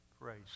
Praise